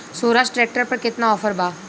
सोहराज tractor पर केतना offer बा?